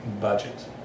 budget